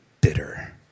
bitter